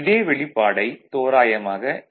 இதே வெளிப்பாடைத் தோராயமாக E2 cos